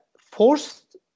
forced